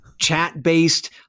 Chat-based